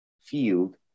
field